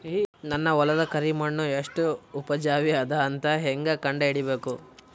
ನನ್ನ ಹೊಲದ ಕರಿ ಮಣ್ಣು ಎಷ್ಟು ಉಪಜಾವಿ ಅದ ಅಂತ ಹೇಂಗ ಕಂಡ ಹಿಡಿಬೇಕು?